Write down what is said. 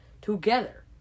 together